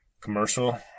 commercial